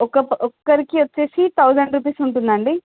ఒక్క ఒక్కరికి వచ్చేసి థౌజండ్ రూపీస్ ఉంటుందండి